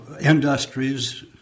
industries